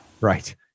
Right